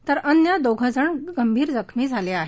तर अन्य दोन जण गंभीर जखमी झाले आहेत